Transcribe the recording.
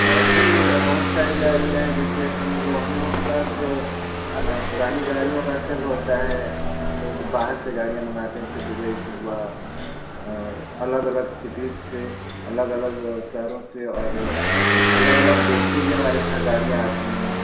और भी बहुत सारी गाड़ियाँ है जैसे हम लो हम लोगों के पास पुरानी गाड़ियों का सेल होता है हम लोग बाहर से गाड़ियाँ मंगाते हैं जैसे दुबई से हुआ और अलग अलग सिटीज़ से अलग अलग शहरों से और अलग अलग देश से भी हमारे यहाँ गाड़ियाँ आती हैं